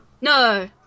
No